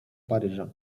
paryża